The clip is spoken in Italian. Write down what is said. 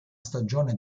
stagione